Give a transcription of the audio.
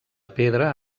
pedra